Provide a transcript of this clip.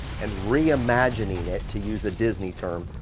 and re-imagining it, to use a disney term,